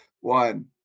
one